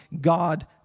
God